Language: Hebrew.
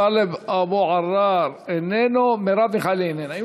טלב אבו עראר, אינו נוכח, מרב מיכאלי, אינה נוכחת.